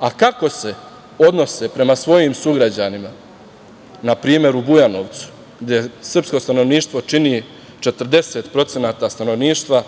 A, kako se odnose prema svojim sugrađanima, na primer u Bujanovcu gde srpsko stanovništvo čini 40% stanovništva,